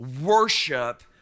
worship